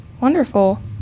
Wonderful